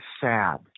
sad –